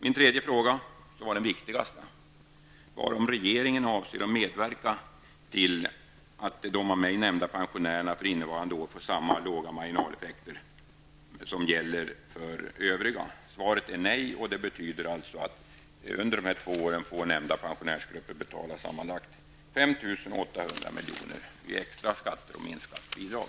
Min tredje fråga -- som var den viktigaste -- var om regeringen avser att medverka till att de av mig nämnda pensionärerna fr.o.m. innevarande år får samma låga marginaleffekter som gäller för oss andra. Svaret är ett nej, och det betyder att nämnda pensionärsgrupper under dessa två år får betala sammanlagt 5 800 milj.kr. i form av extra skatter och minskningar av bidrag.